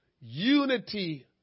unity